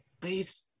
Please